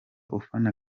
ufana